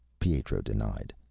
pietro denied.